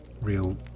real